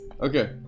Okay